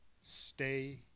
stay